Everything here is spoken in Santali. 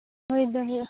ᱦᱩᱭ ᱫᱚ ᱦᱩᱭᱩᱜ ᱟ